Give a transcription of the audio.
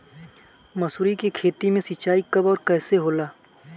मसुरी के खेती में सिंचाई कब और कैसे होला?